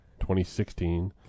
2016